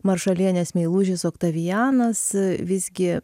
maršalienės meilužis oktavianas visgi